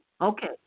Okay